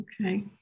Okay